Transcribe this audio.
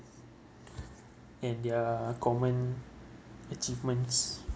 and their common achievements